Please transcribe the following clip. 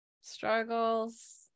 struggles